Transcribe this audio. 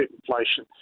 inflation